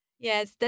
Yes